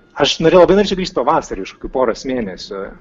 aš norėjau labai norėčiau grįžti pavasarį už kokių poros mėnesių